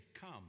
come